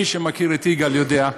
מי שמכיר את יגאל יודע: